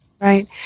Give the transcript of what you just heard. Right